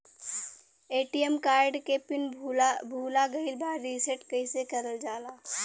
ATM card के PIN भूला गइल बा रीसेट कईसे करल जाला?